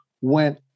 went